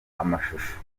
amashusho